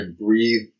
breathe